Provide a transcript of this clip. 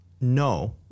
no